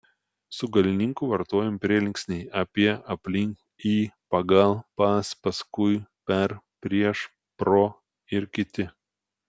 su galininku vartojami prielinksniai apie aplink į pagal pas paskui per prieš pro ir kiti